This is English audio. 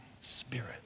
spirit